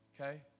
Okay